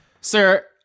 Sir